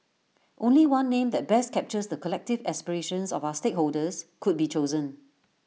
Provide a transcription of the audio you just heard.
only one name that best captures the collective aspirations of our stakeholders could be chosen